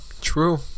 true